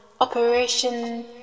Operation